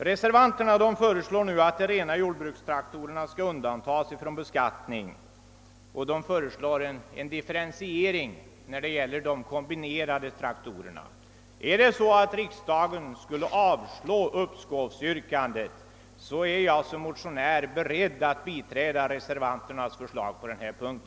Reservanterna föreslår att de rena jordbrukstraktorerna skall undantas från beskattning och att en differentiering skall ske när det gäller de kombinerade traktorerna. Om = riksdagen skulle avslå uppskovsyrkandet, är jag, herr talman, beredd att biträda reservanternas förslag på denna punkt.